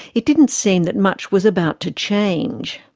it didn't seem that much was about to change.